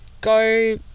go